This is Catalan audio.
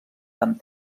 amb